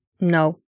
no